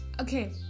okay